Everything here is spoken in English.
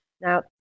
Now